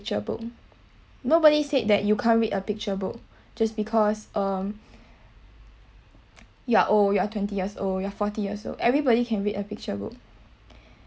picture book nobody said that you can't read a picture book just because um you are old you are twenty years old you are forty years old everybody can read a picture book